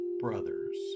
brothers